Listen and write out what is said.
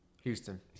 Houston